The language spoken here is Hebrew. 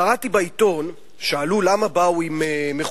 קראתי בעיתון: שאלו למה באו מכוסים,